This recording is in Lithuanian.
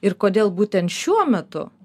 ir kodėl būtent šiuo metu